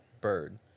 Bird